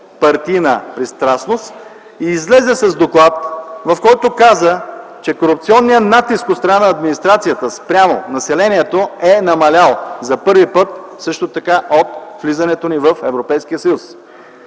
партийна пристрастност, излезе с доклад, в който каза, че корупционният натиск от страна на администрацията спрямо населението е намалял за първи път от влизането ни в Европейския съюз.